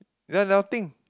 we have nothing